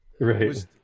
right